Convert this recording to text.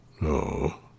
No